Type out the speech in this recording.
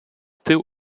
tył